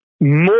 more